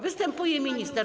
Występuje minister.